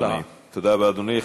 תודה רבה, אדוני.